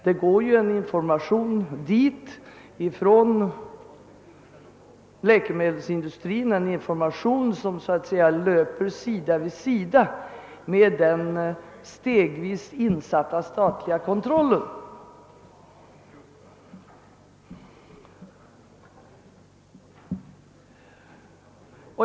Det går ju en information dit från läkemedelsindustrin, vilken så att säga löper sida vid sida med den stegvis insatta statliga kontrollen.